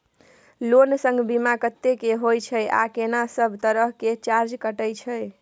Loan संग बीमा कत्ते के होय छै आ केना सब तरह के चार्ज कटै छै?